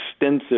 extensive